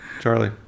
Charlie